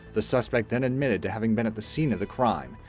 the suspect then admitted to having been at the scene of the crime,